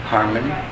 Harmony